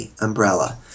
umbrella